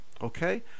okay